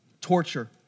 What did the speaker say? torture